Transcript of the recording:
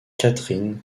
catherine